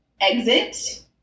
exit